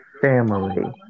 Family